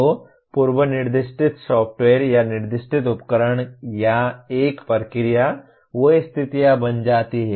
तो पूर्व निर्दिष्ट सॉफ़्टवेयर या निर्दिष्ट उपकरण या एक प्रक्रिया वे स्थितियां बन जाती हैं